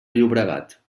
llobregat